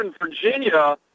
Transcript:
Virginia